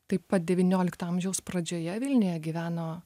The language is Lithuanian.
taip pat devyniolikto amžiaus pradžioje vilniuje gyveno